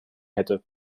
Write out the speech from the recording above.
hätte